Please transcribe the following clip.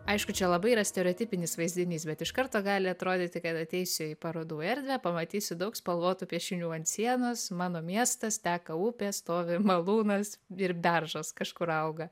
aišku čia labai yra stereotipinis vaizdinys bet iš karto gali atrodyti kad ateisiu į parodų erdvę pamatysiu daug spalvotų piešinių ant sienos mano miestas teka upė stovi malūnas ir beržas kažkur auga